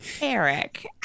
Eric